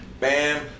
Bam